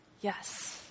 yes